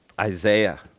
Isaiah